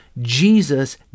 Jesus